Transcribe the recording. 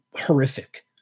horrific